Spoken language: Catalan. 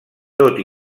tot